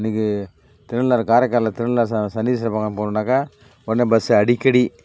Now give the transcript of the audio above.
இன்றைக்கி திருநள்ளாறு காரைக்கால் திருநள்ளாறு ச சனீஸ்வரன் பகவானுக்கு போகணுன்னாக்கால் உடனே பஸ்ஸு அடிக்கடி